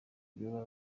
boba